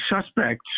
suspect